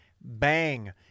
bang